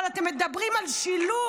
אבל אתם מדברים על שילוב?